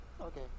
Okay